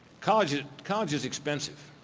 college college is expensive.